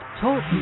Talk